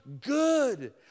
good